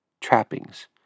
Trappings